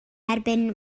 erbyn